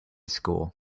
school